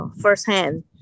firsthand